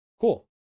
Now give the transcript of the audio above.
Cool